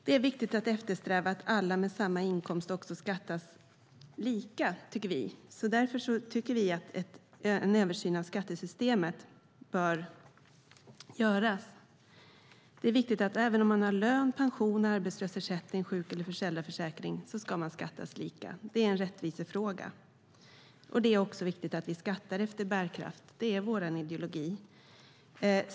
Det är viktigt att eftersträva att alla med samma inkomst beskattas lika. Därför anser vi att en översyn av skattesystemet bör göras. Antingen man har lön, pension, arbetslöshetsersättning, sjuk eller föräldraförsäkring ska man beskattas lika. Det är en rättvisefråga. Det är också viktigt att vi skattar efter bärkraft. Det är vår ideologi.